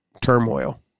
turmoil